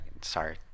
Sorry